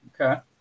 Okay